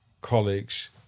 colleagues